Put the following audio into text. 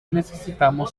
necesitamos